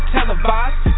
televised